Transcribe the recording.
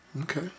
okay